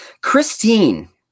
Christine